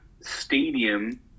Stadium